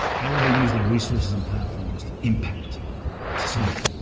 how will they use their resources and platforms to impact society?